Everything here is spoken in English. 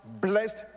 blessed